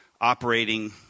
operating